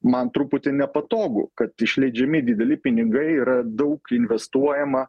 man truputį nepatogu kad išleidžiami dideli pinigai yra daug investuojama